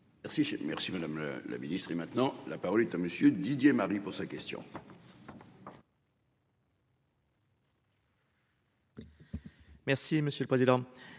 Merci madame la ministre. Et maintenant, la parole est à monsieur Didier Marie pour sa question. Merci monsieur le président.